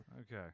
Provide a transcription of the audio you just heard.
okay